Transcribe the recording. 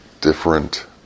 different